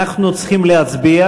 אנחנו צריכים להצביע.